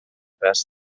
best